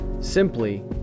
simply